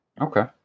Okay